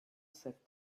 sat